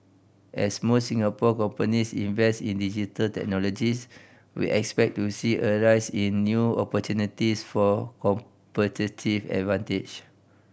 as more Singapore companies invest in Digital Technologies we expect to see a rise in new opportunities for competitive advantage